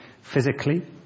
physically